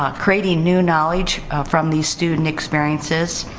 ah creating new knowledge from these student experiences.